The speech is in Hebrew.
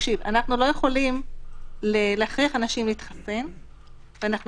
אנחנו לא יכולים להכריח אנשים להתחסן ואנחנו